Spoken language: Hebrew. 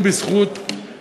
האפוטרופוס הכללי,